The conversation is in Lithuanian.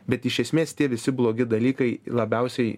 bet iš esmės tie visi blogi dalykai labiausiai